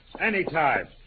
Anytime